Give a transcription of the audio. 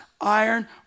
iron